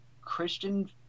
Christian